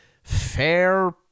Fair